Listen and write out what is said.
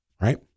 Right